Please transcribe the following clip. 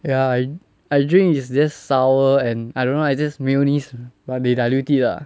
ya I I drink is just sour and I don't know it's just mayonnaise but they dilute it lah